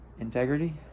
Integrity